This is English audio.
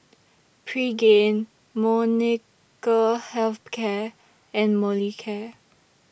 Pregain Molnylcke Health Care and Molicare